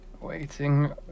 Waiting